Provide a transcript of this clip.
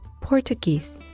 Portuguese